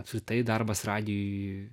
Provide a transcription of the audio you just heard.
apskritai darbas radijuj